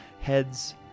heads